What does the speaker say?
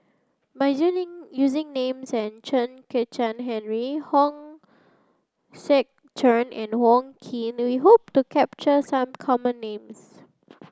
by using names as Chen Kezhan Henri Hong Sek Chern and Wong Keen we hope to capture some common names